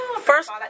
first